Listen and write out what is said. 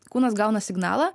kūnas gauna signalą